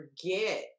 forget